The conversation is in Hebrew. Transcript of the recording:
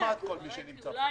קיבלתי תשובה.